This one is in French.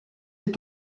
est